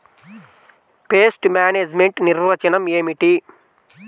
Pest management నిర్వచనం ఏమిటి?